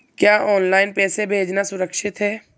क्या ऑनलाइन पैसे भेजना सुरक्षित है?